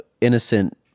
innocent